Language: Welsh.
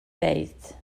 ddweud